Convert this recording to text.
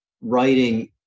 writing